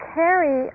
carry